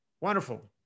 Wonderful